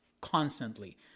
constantly